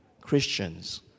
Christians